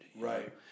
Right